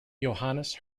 johannes